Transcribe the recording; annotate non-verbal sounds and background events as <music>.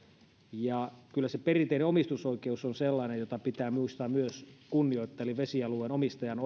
ja kyllä se perinteinen omistusoikeus on sellainen jota myös pitää muistaa kunnioittaa eli vesialueen omistajan <unintelligible>